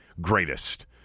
greatest